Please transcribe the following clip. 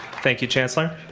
thank you chancellor.